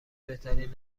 بهترین